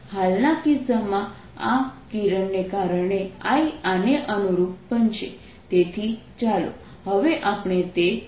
હાલના કિસ્સામાં આ કિરણને કારણે I આને અનુરૂપ બનશે તેથી ચાલો હવે આપણે તે કરીએ